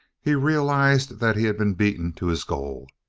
he realized that he had been beaten to his goal.